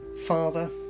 Father